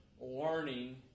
learning